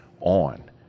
on